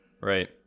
right